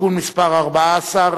(תיקון מס' 14),